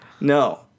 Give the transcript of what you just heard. no